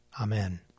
Amen